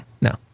No